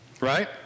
Right